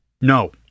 No